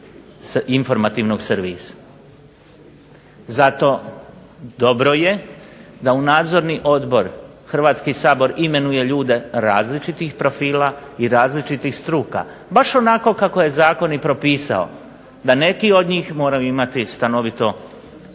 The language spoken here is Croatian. Zato dobro je da u Nadzorni odbor Hrvatski sabor imenuje ljude različitih profila i različitih struka, baš onako kako je zakon i propisao, da neki od njih moraju imati stanovito respektabilno